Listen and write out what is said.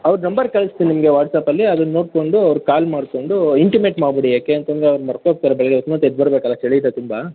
ಅವ್ರ್ದು ನಂಬರ್ ಕಳ್ಸ್ತೀನಿ ನಿಮಗೆ ವಾಟ್ಸ್ಆ್ಯಪಲ್ಲಿ ಅದನ್ನು ನೋಡಿಕೊಂಡು ಅವ್ರ್ಗೆ ಕಾಲ್ ಮಾಡಿಕೊಂಡು ಇಂಟಿಮೇಟ್ ಮಾಡ್ಬಿಡಿ ಯಾಕೆ ಅಂತಂದರೆ ಅವ್ರು ಮರೆತು ಹೋಗ್ತಾರೆ ಬೆಳಿಗ್ಗೆ ಅಷ್ಟೊತ್ಗೆ ಎದ್ದು ಬರ್ಬೆಕು ಅಲ್ಲಾ ಚಳಿಯಿದೆ ತುಂಬ